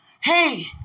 Hey